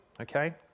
okay